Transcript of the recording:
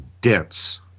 dense